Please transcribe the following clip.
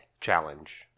challenge